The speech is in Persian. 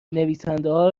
نویسندهها